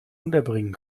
unterbringen